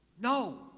No